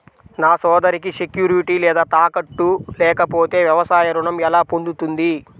నా సోదరికి సెక్యూరిటీ లేదా తాకట్టు లేకపోతే వ్యవసాయ రుణం ఎలా పొందుతుంది?